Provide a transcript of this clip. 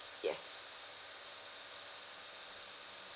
yes